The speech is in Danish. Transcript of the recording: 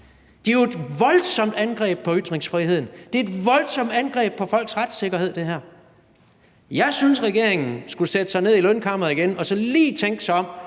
Det er jo et voldsomt angreb på ytringsfriheden. Det er et voldsomt angreb på folks retssikkerhed. Jeg synes, regeringen skulle sætte sig ned i lønkammeret igen og lige tænke sig om